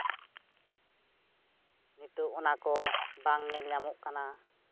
ᱱᱤᱛᱳᱜ ᱚᱱᱟ ᱠᱚ ᱵᱟᱝ ᱧᱮᱞᱼᱧᱟᱢᱚᱜ ᱠᱟᱱᱟ